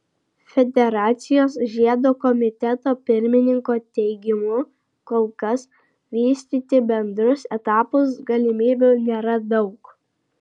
federacijos žiedo komiteto pirmininko teigimu kol kas vystyti bendrus etapus galimybių nėra daug